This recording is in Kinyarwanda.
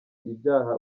ibyaha